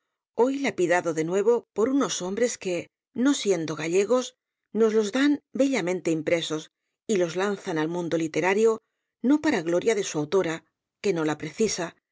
hoy lapidado de nuevo por unos hombres que no siendo gallegos nos los dan bellamente impresos y los lanzan al mundo literario no para gloria de su autora que no la precisa